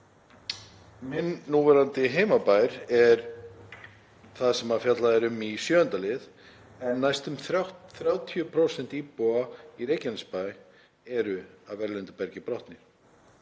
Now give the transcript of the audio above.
Minn núverandi heimabær er það sem fjallað er um í 7. lið en næstum 30% íbúa í Reykjanesbæ eru af erlendu bergi brotin.